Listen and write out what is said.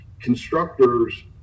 constructors